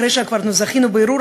אחרי שכבר זכינו בערעור,